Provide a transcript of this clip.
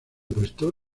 puesto